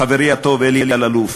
חברי הטוב אלי אלאלוף,